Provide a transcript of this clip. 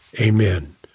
Amen